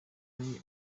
hari